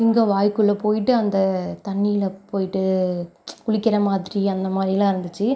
சிங்கம் வாய்க்குள்ளே போய்ட்டு அந்த தண்ணியில் போய்ட்டு குளிக்கிற மாதிரி அந்த மாதிரிலாம் இருந்துச்சு